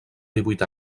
divuit